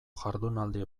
jardunaldi